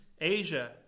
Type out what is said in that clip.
Asia